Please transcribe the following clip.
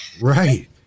Right